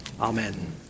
Amen